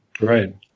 Right